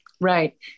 right